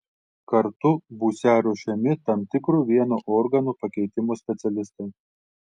kartu būsią ruošiami tam tikro vieno organo pakeitimo specialistai